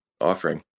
offering